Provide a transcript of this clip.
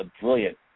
brilliant